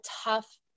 tough